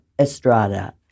Estrada